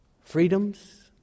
freedoms